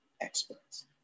experts